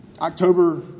October